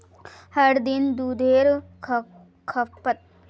हर दिन दुधेर खपत दखते हुए हर घोर दूध उद्द्योगेर ग्राहक छे